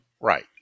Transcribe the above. Right